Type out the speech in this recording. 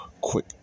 Quick